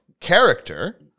character